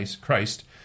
Christ